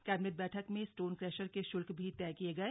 cabinet बैठक में stone crusher के शुल्क भी तय किये गए